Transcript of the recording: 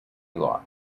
lot